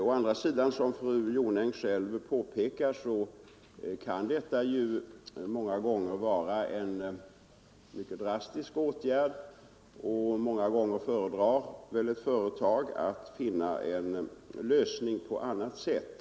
Å andra sidan kan detta — som fru Jonäng själv påpekat — många gånger vara en mycket drastisk åtgärd, och ofta föredrar väl ett företag att finna en lösning på annat sätt.